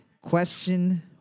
question